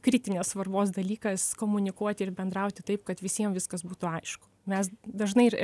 kritinės svarbos dalykas komunikuoti ir bendrauti taip kad visiem viskas būtų aišku mes dažnai ir